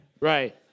Right